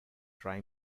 try